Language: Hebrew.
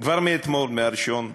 כבר מאתמול, מ-1,